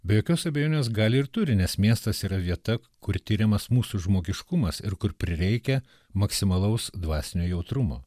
be jokios abejonės gali ir turi nes miestas yra vieta kur tiriamas mūsų žmogiškumas ir kur prireikia maksimalaus dvasinio jautrumo